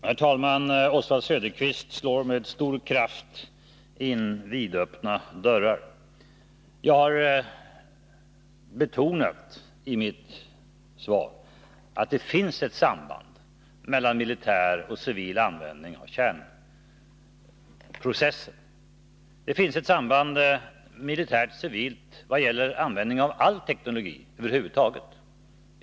Herr talman! Oswald Söderqvist slår med stor kraft in vidöppna dörrar. Jag har i mitt svar betonat att det finns ett samband mellan militär och civil användning av kärnkraftsprocessen. Det finns ett samband militärt och civilt ifråga om allteknologi.